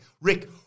Rick